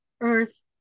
earth